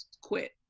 quit